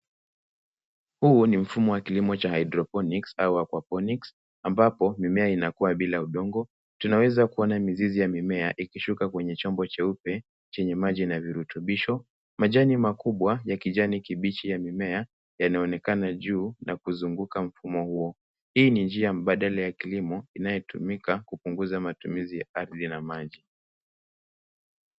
Huu ni mfumo wa kilimo cha hydroponics au hyperponics ambapo mimea inakuwa bila udongo, tuna weza kuona mizizi ya mimea ikishuka kwenye chombo cheupe chenye maji na virutubisho. Majani makubwa ya kijani kibichi ya mimea yanaonekana juu na kuzunguka mfumo huo, hii ni njia mbadala ya kilimo inayo tumika kupunguza utumizi wa ardhi na maji.